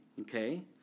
okay